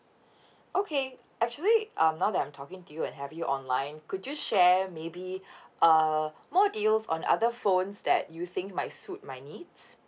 okay actually um now that I'm talking to you and have you online could you share maybe uh more deals on other phones that you think might suit my needs